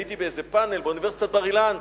הייתי באיזה פאנל באוניברסיטת בר-אילן,